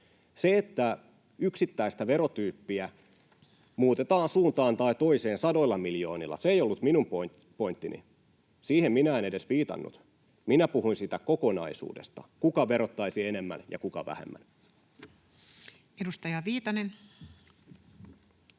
Se, että yksittäistä verotyyppiä muutetaan suuntaan tai toiseen sadoilla miljoonilla, se ei ollut minun pointtini, siihen minä en edes viitannut. Minä puhuin siitä kokonaisuudesta, kuka verottaisi enemmän ja kuka vähemmän. [Speech